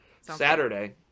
Saturday